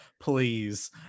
please